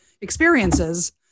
experiences